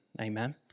Amen